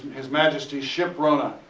his majesty's ship rohna,